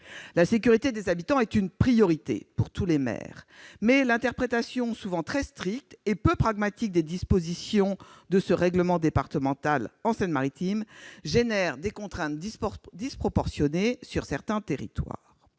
La sécurité des habitants est une priorité pour tous les maires. Mais l'interprétation souvent très stricte et peu pragmatique des dispositions de ce règlement départemental en Seine-Maritime génère des contraintes disproportionnées sur certains territoires.